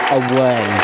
away